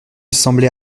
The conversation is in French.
semblait